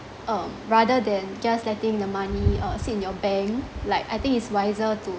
um rather than just letting the money uh sit in your bank like I think it's wiser to